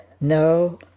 no